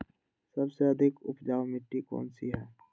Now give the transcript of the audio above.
सबसे अधिक उपजाऊ मिट्टी कौन सी हैं?